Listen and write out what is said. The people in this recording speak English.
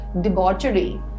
debauchery